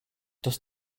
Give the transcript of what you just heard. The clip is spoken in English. does